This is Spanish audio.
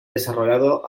desarrollado